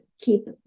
keep